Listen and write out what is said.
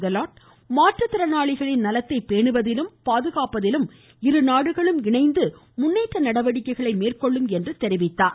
கெலோட் மாற்றுத்திறனாளிகளின் நலத்தைப் பேணுவதிலும் பாதுகாப்பதிலும் இரு நாடுகளும் இணைந்து முன்னேற்ற நடவடிக்கைகளை மேற்கொள்ளும் என்று தெரிவித்தார்